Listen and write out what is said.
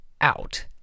out